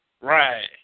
Right